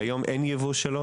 כיום אין יבוא של ביטומן.